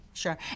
Sure